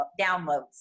downloads